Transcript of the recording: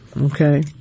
Okay